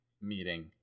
meeting